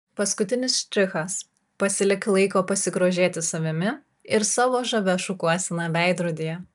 paskutinis štrichas pasilik laiko pasigrožėti savimi ir savo žavia šukuosena veidrodyje